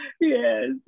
Yes